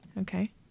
Okay